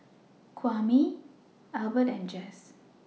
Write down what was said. Kwame Albert and Jess